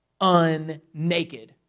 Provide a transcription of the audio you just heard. Unnaked